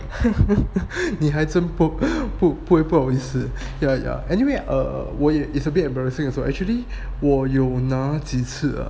你还真不不会好意思 yeah ya anyway err 我也 it's a bit embarrassing also actually 我有拿几次 ah